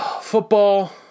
football